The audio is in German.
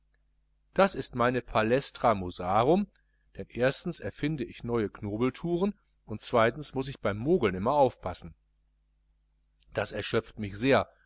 das ist meine palaestra musarum denn erstens erfinde ich neue knobeltouren und zweitens muß ich beim mogeln immerhin aufpassen das erschöpft mich sehr